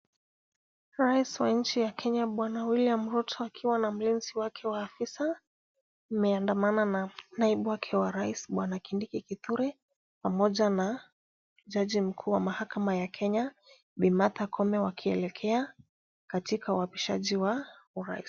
Rais wa nchi ya Kenya Bwana William Ruto akiwa na mlinzi wake wa afisa, wameandamana na naibu wake wa rais Bwana Kindiki Kithure, pamoja na jaji mkuu wa mahakama ya Kenya Bi Martha Koome wakielekea katika uapishaji wa rais.